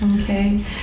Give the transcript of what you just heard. Okay